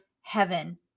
heaven